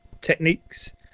techniques